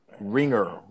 Ringer